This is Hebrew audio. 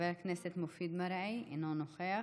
חבר הכנסת מופיד מרעי, אינו נוכח.